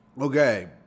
Okay